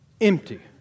empty